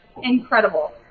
incredible